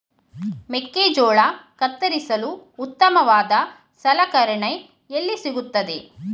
ಮೆಕ್ಕೆಜೋಳ ಕತ್ತರಿಸಲು ಉತ್ತಮವಾದ ಸಲಕರಣೆ ಎಲ್ಲಿ ಸಿಗುತ್ತದೆ?